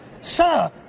Sir